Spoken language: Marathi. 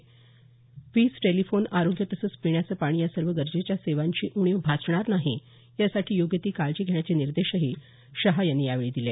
याशिवाय वीज टेलिफोन आरोग्य तसंच पिण्याचं पाणी या सर्व गरजेच्या सेवांची उणीव भासणार नाही यासाठी योग्य ती काळजी घेण्याचे निर्देशही त्यांनी यावेळी दिले